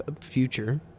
future